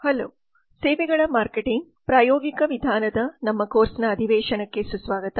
hello ಸೇವೆಗಳ marketing ಪ್ರಾಯೋಗಿಕ ವಿಧಾನದ ನಮ್ಮ ಕೋರ್ಸ್ನ ಅಧಿವೇಶನಕ್ಕೆ ಸುಸ್ವಾಗತ